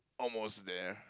almost there